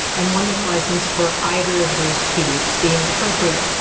and one that's licensed for either of those two being appropriate.